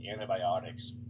antibiotics